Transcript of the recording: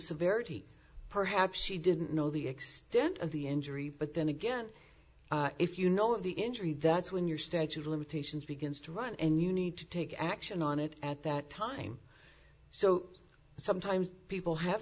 severity perhaps she didn't know the extent of the injury but then again if you know of the injury that's when your statute of limitations begins to run and you need to take action on it at that time so sometimes people have